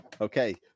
Okay